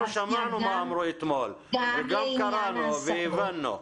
אנחנו שמענו מה אמרו אתמול, וגם קראנו והבנו.